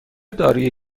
داروی